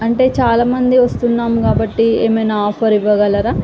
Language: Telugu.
అంటే చాలా మంది వస్తున్నాము కాబట్టి ఏమైనా ఆఫర్ ఇవ్వగలరా